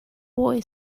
boy